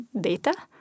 data